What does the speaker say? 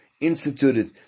instituted